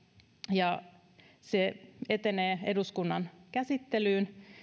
ja se etenee eduskunnan käsittelyyn